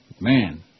Man